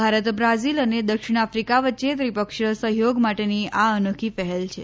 Bharat Brazil અને દક્ષિણ Africa વચ્ચે ત્રિપક્ષીય સહયોગ માટેની આ અનોખી પહેલ છે